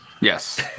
Yes